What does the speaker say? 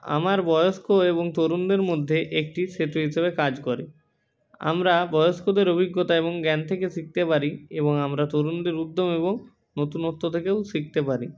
আমার বয়স্ক এবং তরুণদের মধ্যে একটির সেতু হিসেবে কাজ করে আমরা বয়স্কদের অভিজ্ঞতা এবং জ্ঞান থেকে শিখতে পারি এবং আমরা তরুণদের উদ্যম এবং নতুনত্ব থেকেও শিখতে পারি